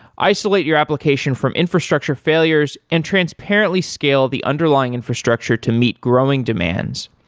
isolate your application from infrastructure failures and transparently scale the underlying infrastructure to meet growing demands,